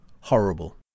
horrible